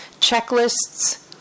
checklists